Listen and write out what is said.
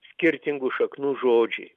skirtingų šaknų žodžiai